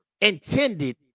intended